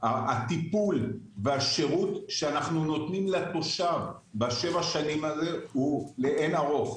הטיפול והשירות שאנחנו נותנים לתושב בשבע השנים האלה הוא לאין ערוך.